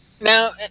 Now